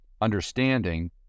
understanding